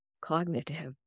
cognitive